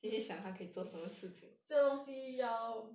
这东西要